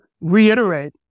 reiterate